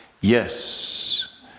yes